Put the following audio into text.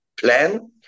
plan